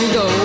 go